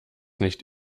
nicht